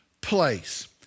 place